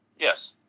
yes